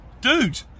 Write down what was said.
dude